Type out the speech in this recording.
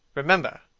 remember,